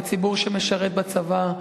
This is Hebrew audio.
הציבור שמשרת בצבא,